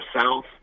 South